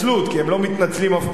כי הם לא מתנצלים אף פעם,